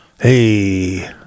Hey